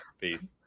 peace